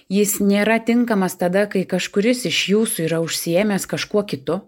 jis nėra tinkamas tada kai kažkuris iš jūsų yra užsiėmęs kažkuo kitu